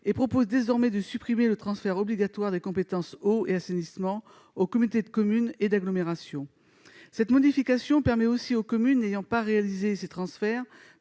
et propose désormais de supprimer le transfert obligatoire des compétences eau et assainissement aux communautés de communes et d'agglomération. Cette modification permettra ainsi aux communes n'ayant pas réalisé ce transfert